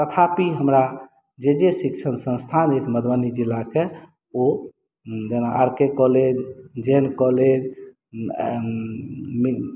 तथापि हमरा यदि शिक्षण संस्थान मधुबनी जिलाके ओ जेना R K college J N college